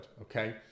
Okay